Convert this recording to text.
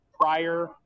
prior